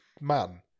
man